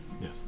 Yes